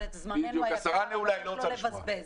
אבל את זמננו היקר אני מבקשת לא לבזבז.